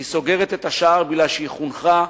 היא סוגרת את השער כי היא חונכה,